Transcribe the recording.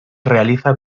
realiza